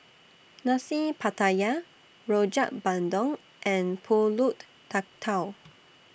Nasi Pattaya Rojak Bandung and Pulut Tatal